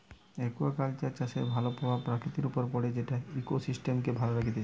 aquaculture চাষের ভাল প্রভাব প্রকৃতির উপর পড়ে যেটা ইকোসিস্টেমকে ভালো রাখতিছে